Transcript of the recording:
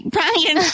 Brian